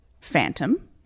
Phantom